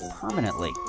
permanently